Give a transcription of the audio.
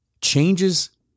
changes